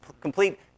complete